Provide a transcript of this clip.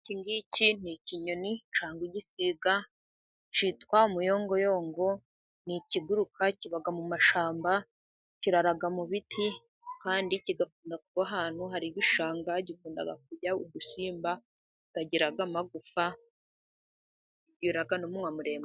Iki ngiki ni ikinyoni cyangwa igisiga cyitwa muyongoyongo, ni ikiguruka kiba mu mashyamba kirara mu biti ,kandi kigakunda kuba ahantu hari igishanga gikunda kurya udusimba tutagira amagufa kigira n'umunwa muremure.